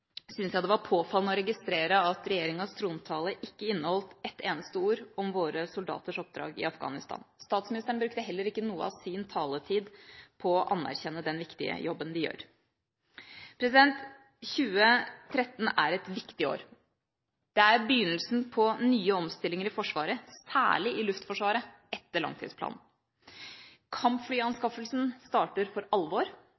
jeg det var påfallende å registrere at regjeringas trontale ikke inneholdt et eneste ord om våre soldaters oppdrag i Afghanistan. Statsministeren brukte heller ikke noe av sin taletid på å anerkjenne den viktige jobben de gjør. 2013 er et viktig år. Det er begynnelsen på nye omstillinger i Forsvaret – særlig i Luftforsvaret – etter langtidsplanen.